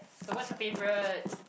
so what's your favorite